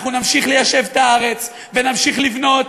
אנחנו נמשיך ליישב את הארץ ונמשיך לבנות.